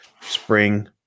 spring